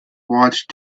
watched